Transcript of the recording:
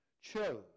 chose